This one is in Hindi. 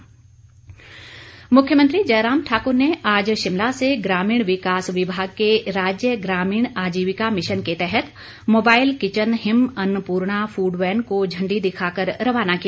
मख्यमंत्री मुख्यमंत्री जयराम ठाकुर ने आज शिमला से ग्रामीण विकास विभाग के राज्य ग्रामीण आजीविका मिशन के तहत mobile kitchen Him Annapurna food van को झंडी दिखाकर रवाना किया